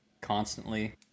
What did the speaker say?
constantly